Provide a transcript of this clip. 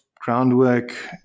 groundwork